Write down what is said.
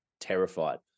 terrified